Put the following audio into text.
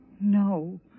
No